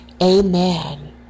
amen